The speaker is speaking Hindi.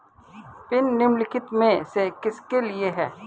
पिन निम्नलिखित में से किसके लिए है?